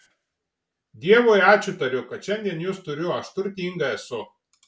dievui ačiū tariu kad šiandien jus turiu aš turtinga esu